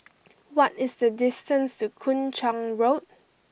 what is the distance to Kung Chong Road